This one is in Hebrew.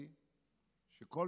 זה חשוב לי כי ישראל ערבים זה לזה.